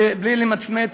בלי למצמץ,